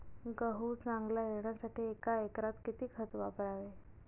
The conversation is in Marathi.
गहू चांगला येण्यासाठी एका एकरात किती खत वापरावे?